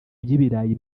by’ibirayi